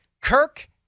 Kirk